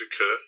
occur